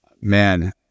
man